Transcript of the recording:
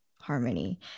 harmony